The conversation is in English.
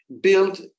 build